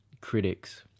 critics